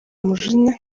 umujinya